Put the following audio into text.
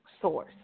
Source